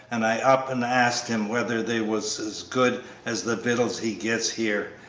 and i up and asked him whether they was as good as the vittles he gets here,